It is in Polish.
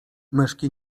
myszki